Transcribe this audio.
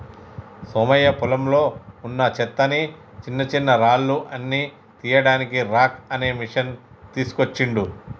సోమయ్య పొలంలో వున్నా చెత్తని చిన్నచిన్నరాళ్లు అన్ని తీయడానికి రాక్ అనే మెషిన్ తీస్కోచిండు